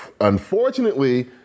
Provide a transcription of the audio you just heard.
unfortunately